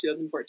2014